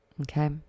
Okay